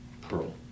Pearl